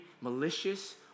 malicious